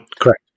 correct